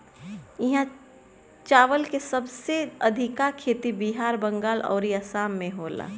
इहा चावल के सबसे अधिका खेती बिहार, बंगाल अउरी आसाम में होला